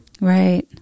right